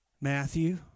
Matthew